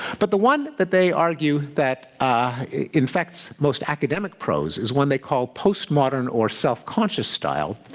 but the one that they argue that infects most academic prose is one they call post-modern or self-conscious style,